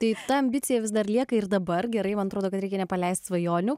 tai ta ambicija vis dar lieka ir dabar gerai man atrodo kad reikia nepaleist svajonių